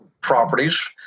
properties